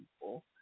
people